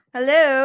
Hello